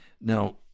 Now